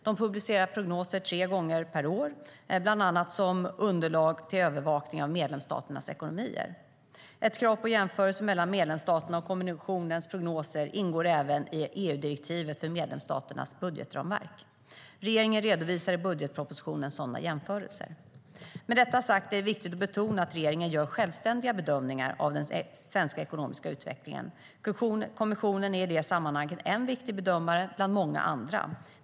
De publicerar tre prognoser per år, bland annat som underlag till övervakningen av medlemsstaternas ekonomier. Ett krav på jämförelse mellan medlemsstaternas och kommissionens prognoser ingår även i EU-direktivet för medlemsstaternas budgetramverk. Regeringen redovisar i budgetpropositionen sådana jämförelser. Med detta sagt är det dock viktigt att betona att regeringen gör självständiga bedömningar av den svenska ekonomiska utvecklingen. Kommissionen är i det sammanhanget en viktig bedömare bland många andra.